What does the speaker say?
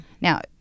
Now